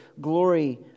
glory